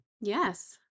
Yes